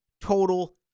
total